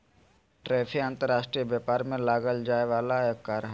tariff अंतर्राष्ट्रीय व्यापार में लगाल जाय वला कर हइ